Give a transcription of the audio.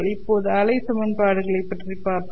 இப்போது அலை சமன்பாடுகளை பற்றி பார்ப்போம்